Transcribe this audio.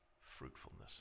fruitfulness